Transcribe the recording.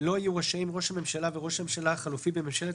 ראש הממשלה וראש הממשלה החלופי בממשלה